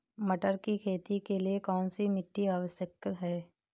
मटर की खेती के लिए कौन सी मिट्टी आवश्यक है?